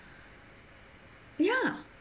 ya